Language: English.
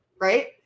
Right